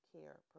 care